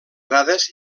dades